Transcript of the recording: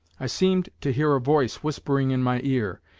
i seemed to hear a voice whispering in my ear,